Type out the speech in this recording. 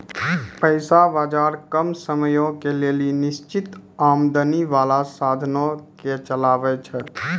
पैसा बजार कम समयो के लेली निश्चित आमदनी बाला साधनो के चलाबै छै